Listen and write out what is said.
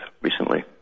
recently